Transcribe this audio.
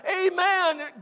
Amen